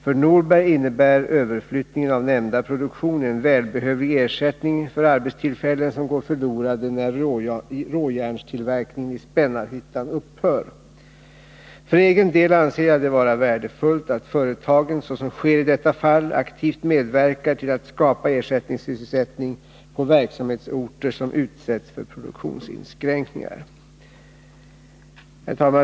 För Norberg innebär överflyttningen av nämnda produktion en välbehövlig ersättning för arbetstillfällen som går förlorade när råjärnstillverkningen i Spännarhyttan upphör. För egen del anser jag det vara värdefullt att företagen — så som sker i detta fall — aktivt medverkar till att skapa ersättningssysselsättning på verksamhetsorter som utsätts för produktionsinskränkningar.